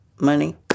money